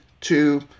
two